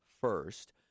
first